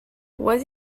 was